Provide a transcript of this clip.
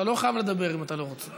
אתה לא חייב לדבר אם אתה לא רוצה.